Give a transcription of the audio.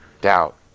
doubt